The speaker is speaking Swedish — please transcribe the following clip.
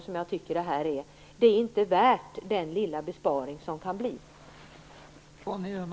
Den lilla besparing som man kan uppnå är inte värd det.